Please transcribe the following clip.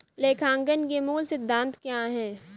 लेखांकन के मूल सिद्धांत क्या हैं?